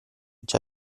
già